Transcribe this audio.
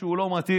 שהוא לא מתאים,